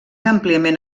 àmpliament